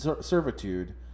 servitude